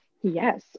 Yes